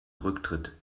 rücktritt